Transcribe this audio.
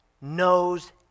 knows